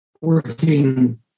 working